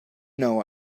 know